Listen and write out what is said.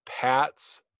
pats